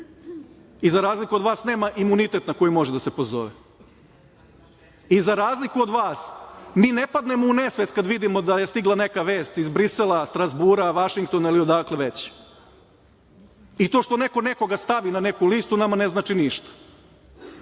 I za razliku od vas, nema imunitet na koji može da se pozove. I za razliku od vas, mi ne padnemo u nesvest kad vidimo da je stigla neka vest iz Brisela, Strazbura, Vašingtona ili odakle već. I to što neko nekoga stavi na neku listu nama ne znači ništa.